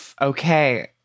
okay